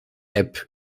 app